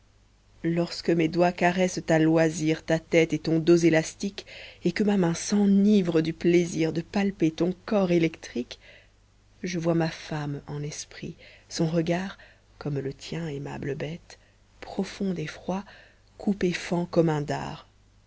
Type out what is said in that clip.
lorsque mes doigts caressent à loisir ta tête et ton dos élastique et que ma main s'enivre du plaisir de palper ton corps électrique je vois ma femme en esprit son regard comme le tien aimable bête profond et froid coupe et fend comme un dard